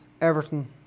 Everton